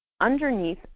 underneath